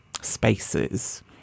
spaces